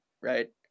Right